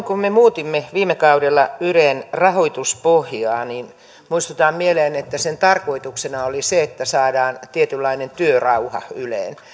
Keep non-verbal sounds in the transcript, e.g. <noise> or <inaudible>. <unintelligible> kun me muutimme viime kaudella ylen rahoituspohjaa niin muistutan mieleen että sen tarkoituksena oli se että saadaan tietynlainen työrauha yleen